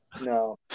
no